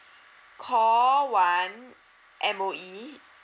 call one M_O_E